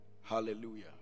hallelujah